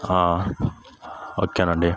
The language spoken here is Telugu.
ఓకే అండి